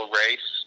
race